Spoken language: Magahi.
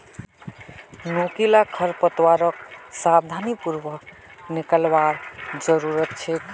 नुकीले खरपतवारक सावधानी पूर्वक निकलवार जरूरत छेक